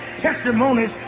testimonies